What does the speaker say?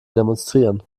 demonstrieren